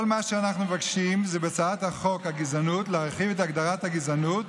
כל מה שאנחנו מבקשים בהצעת החוק הוא להרחיב את הגדרת הגזענות,